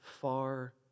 far